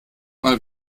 mal